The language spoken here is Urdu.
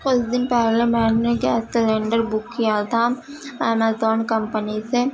کچھ دن پہلے میں نے گیس سلینڈر بک کیا تھا امازون کمپنی سے